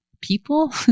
people